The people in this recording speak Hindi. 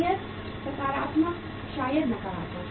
शायद सकारात्मक शायद नकारात्मक